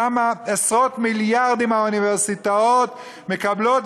כמה עשרות מיליארדים האוניברסיטאות מקבלות,